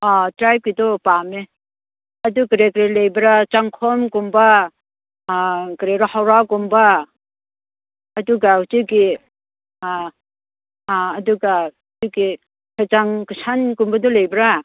ꯑꯥ ꯇ꯭ꯔꯥꯏꯕꯀꯤꯗꯣ ꯄꯥꯝꯃꯦ ꯑꯗꯨ ꯀꯔꯤ ꯀꯔꯤ ꯂꯕꯔꯥ ꯆꯪꯈꯣꯝꯒꯨꯝꯕ ꯀꯔꯤꯔꯥ ꯍꯥꯎꯔꯥꯒꯨꯝꯕ ꯑꯗꯨꯒ ꯍꯧꯖꯤꯛꯀꯤ ꯑꯥ ꯑꯥ ꯑꯗꯨꯒ ꯍꯧꯖꯤꯛꯀꯤ ꯀꯥꯁꯥꯟꯒꯨꯝꯕꯗꯨ ꯂꯩꯕꯔꯥ